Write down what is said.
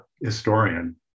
historian